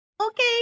Okay